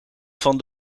van